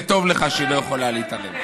זה טוב לך שהיא לא יכולה להתערב.